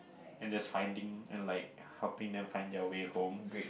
and just finding and like helping them find their way home